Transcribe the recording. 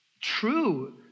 true